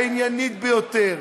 העניינית ביותר